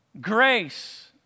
Grace